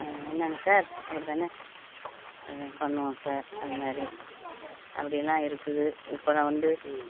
என்னங்க சார் அப்படி தானே பண்ணுவோம் சார் அதுமாரி அப்படிலாம் இருக்குது இப்போ நான் வந்து